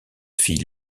fille